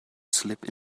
slip